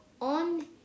on